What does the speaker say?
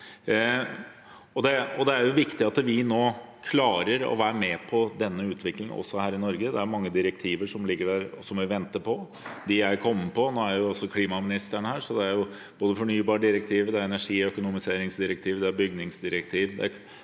Det er viktig at vi nå klarer å være med på denne utviklingen også her i Norge. Det er mange direktiver som ligger der, og som vi venter på. De jeg kommer på, og nå er jo også klimaministeren her, er både fornybardirektivet, energiøkonomiseringsdirektivet, bygningsdirektivet,